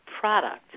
product